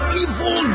evil